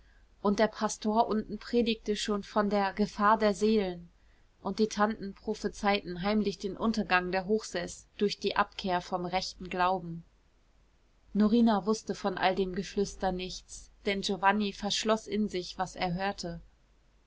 und der pastor unten predigte schon von der gefahr der seelen und die tanten prophezeiten heimlich den untergang der hochseß durch die abkehr vom rechten glauben norina wußte von all dem geflüster nichts denn giovanni verschloß in sich was er hörte